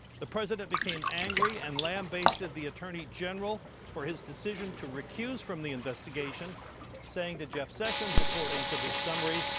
the president became angry and lambasted the attorney general for his decision to recuse from the investigation saying that jeff sessions according to the summary.